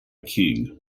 king